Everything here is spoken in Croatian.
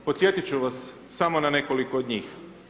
Podsjetiti ću vas samo na nekoliko od njih.